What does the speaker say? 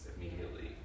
immediately